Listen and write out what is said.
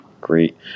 great